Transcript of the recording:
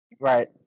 Right